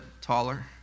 taller